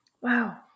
Wow